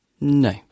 no